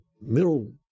middle